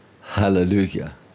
Hallelujah